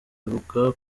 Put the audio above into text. bivuga